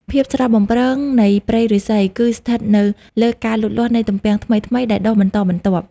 ភាពស្រស់បំព្រងនៃព្រៃឫស្សី គឺស្ថិតនៅលើការលូតលាស់នៃទំពាំងថ្មីៗដែលដុះបន្តបន្ទាប់។